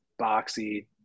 boxy